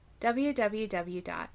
www